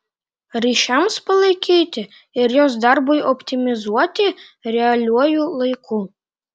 ryšiams palaikyti ir jos darbui optimizuoti realiuoju laiku